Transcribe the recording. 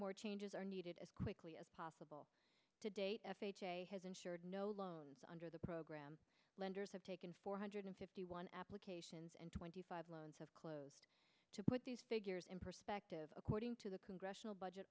more changes are needed as quickly as possible to date has ensured no loans under the program lenders have taken four hundred fifty one applications and twenty five lines of close to put these figures in perspective according to the congressional budget